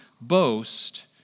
boast